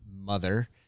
mother